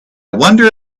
wonder